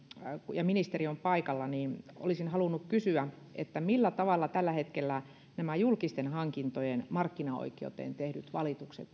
ja ministeri on paikalla niin olisin halunnut kysyä mikä on tällä hetkellä näiden julkisten hankintojen markkinaoikeuteen tehtyjen valitusten